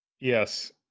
yes